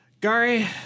Gary